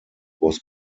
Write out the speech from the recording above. was